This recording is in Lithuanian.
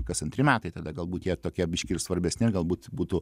kas antri metai tada galbūt jie tokie biškį ir svarbesni ar galbūt būtų